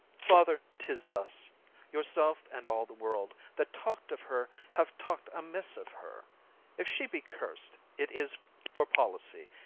father, tis thus yourself and all the world that talk'd of her have talk'd amiss of her if she be curst, it is for policy,